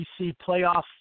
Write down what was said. playoff